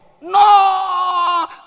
No